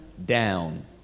down